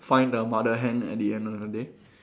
find the mother hen at the end of the day